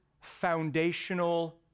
foundational